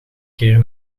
keer